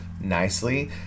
nicely